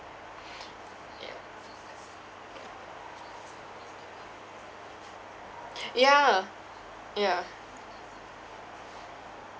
yeah yeah yeah